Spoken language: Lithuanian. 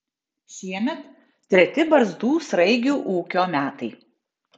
šiemet treti barzdų sraigių ūkio metai